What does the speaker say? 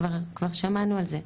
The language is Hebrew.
כבר שמענו על זה.